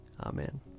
Amen